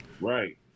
right